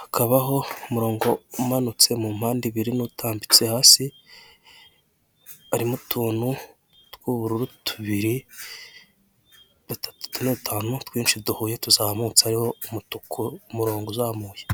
hakabaho umurongo umanutse mu mpande ebyiri n'utambitse hasi, harimo utuntu tw'ubururu tubiri, dutatu, tune, dutanu, twinshi duhuye tuzamutse hariho umutuku, umurongo uzamuye.